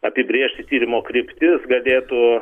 apibrėžti tyrimo kryptis galėtų